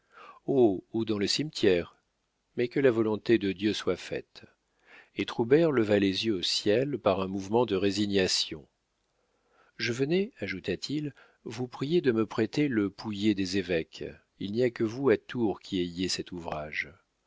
ou dans le cimetière mais que la volonté de dieu soit faite et troubert leva les yeux au ciel par un mouvement de résignation je venais ajouta-t-il vous prier de me prêter le pouillé des évêques il n'y a que vous à tours qui ayez cet ouvrage